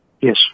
Yes